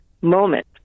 moment